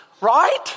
Right